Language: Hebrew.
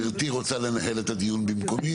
גברתי רוצה לנהל את הדיון במקומי?